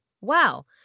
Wow